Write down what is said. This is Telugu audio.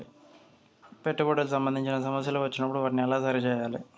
పెట్టుబడికి సంబంధించిన సమస్యలు వచ్చినప్పుడు వాటిని ఎలా సరి చేయాలి?